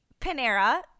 Panera